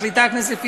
מחליטה הכנסת,